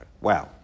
Wow